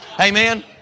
Amen